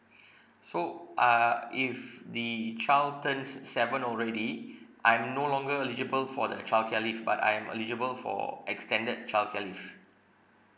so uh if the child turns seven already I'm no longer eligible for the childcare leave but I am eligible for extended childcare leave